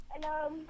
Hello